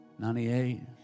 98